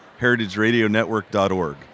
heritageradionetwork.org